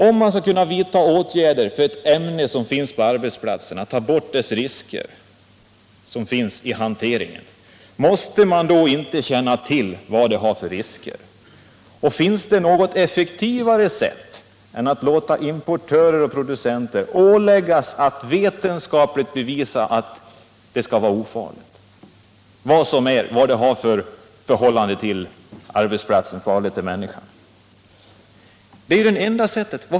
Om man vill vidta åtgärder mot ett ämne som finns ute på arbetsplatserna, om man vill ta bort de risker som finns vid hanteringen av det ämnet, måste man då inte känna till vad det finns för risker med ämnet? Och finns det något effektivare sätt än att ålägga importörer och producenter att vetenskapligt bevisa att ämnet är ofarligt, att det inte har några risker med sig för människorna på arbetsplatserna? Det är ju det enda sättet.